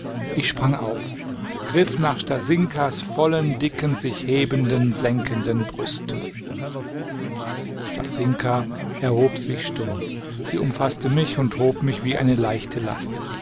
ich sprang auf griff nach stasinkas vollen dicken sich hebenden senkenden brüsten stasinka erhob sich stumm sie umfaßte mich und hob mich wie eine leichte last